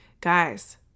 Guys